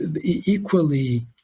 equally